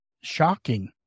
shocking